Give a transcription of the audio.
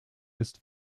ist